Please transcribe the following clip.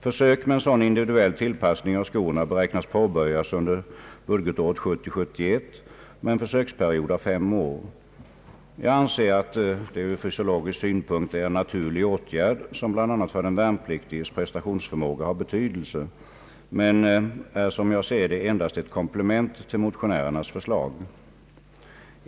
Försök med en sådan individuell tillpassning av skorna beräknas påbörjas under budgetåret 1970/71, med en försöksperiod av fem år. Jag anser att detta från fysiologisk synpunkt är en naturlig åtgärd, som bl.a. för den värnpliktiges prestationsförmåga har betydelse, men den är, som jag ser det, endast ett komplement till motionärernas förslag.